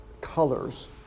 colors